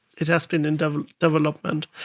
it has been in development,